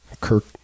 Kirk